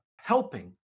helping